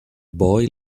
boy